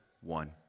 one